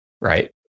Right